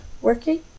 working